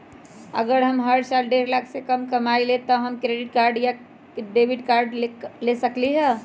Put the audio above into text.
अगर हम हर साल डेढ़ लाख से कम कमावईले त का हम डेबिट कार्ड या क्रेडिट कार्ड ले सकली ह?